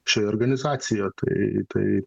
šioj organizacijo tai tai